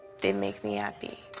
they make me happy.